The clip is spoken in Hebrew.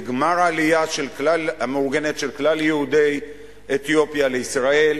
לגמר העלייה המאורגנת של כלל יהודי אתיופיה לישראל,